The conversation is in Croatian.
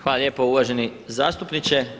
Hvala lijepo uvaženi zastupniče.